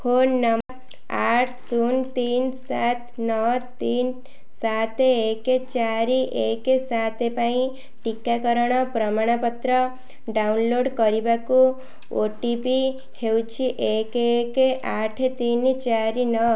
phone ଆଠ ଶୂନ ତିନି ସାତ ନଅ ତିନି ସାତେ ଏକେ ଚାରି ଏକେ ସାତେ ପାଇଁ ଟିକାକରଣ ପ୍ରମାଣପତ୍ର ଡାଉନ୍ଲୋଡ଼୍ କରିବାକୁ ଓ ଟି ପି ହେଉଛି ଏକେ ଏକେ ଆଠେ ତିନି ଚାରି ନଅ